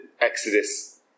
Exodus